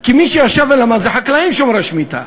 כי מי שישב ולמד זה חקלאים שומרי שמיטה.